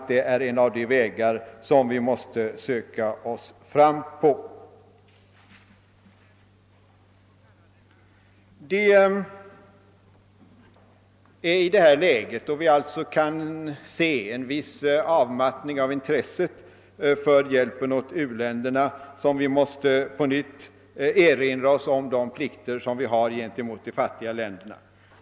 Det är i detta läge, då vi alltså kan se en viss avmattning i intresset för hjälpen åt u-länderna, som vi på nytt måste erinra oss de plikter som vi har mot de fattiga länderna.